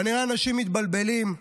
כנראה אנשים מתבלבלים,